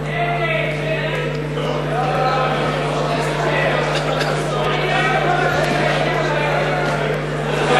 ההצעה להעביר את הצעת חוק הרבנות הראשית לישראל